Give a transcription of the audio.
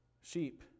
Sheep